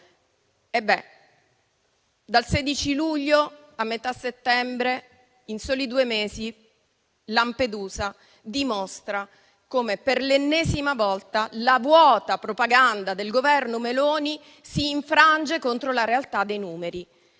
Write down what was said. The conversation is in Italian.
Ebbene, dal 16 luglio a metà settembre, in soli due mesi Lampedusa dimostra come per l'ennesima volta la vuota propaganda del Governo Meloni si infrange contro la realtà dei numeri